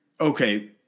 Okay